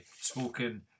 spoken